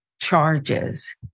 Charges